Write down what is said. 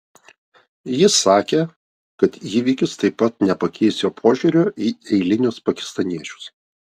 jis sakė kad įvykis taip pat nepakeis jo požiūrio į eilinius pakistaniečius